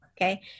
Okay